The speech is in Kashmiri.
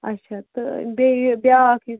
اچھا تہٕ بیٚیہِ بیاکھ یہِ